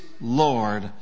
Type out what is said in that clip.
lord